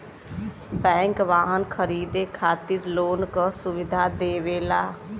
bank वाहन खरीदे खातिर लोन क सुविधा देवला